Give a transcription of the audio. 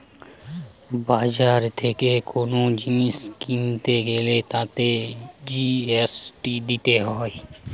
বাজার থেকে কোন জিনিস কিনতে গ্যালে তাতে জি.এস.টি দিতে হয়